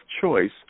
choice